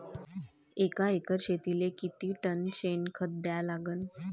एका एकर शेतीले किती टन शेन खत द्या लागन?